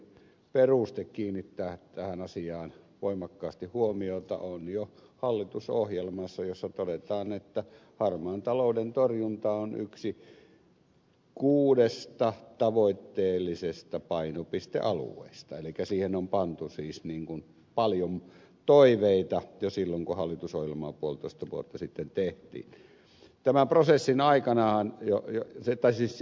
peruste kiinnittää tähän asiaan voimakkaasti huomiota on jo hallitusohjelmassa jossa todetaan että harmaan talouden torjunta on yksi kuudesta tavoitteellisesta painopistealueesta elikkä siihen on pantu paljon toiveita jo silloin kun hallitusohjelmaa puolitoista vuotta sitten tehty mittava prosessin aikana on jo se tehtiin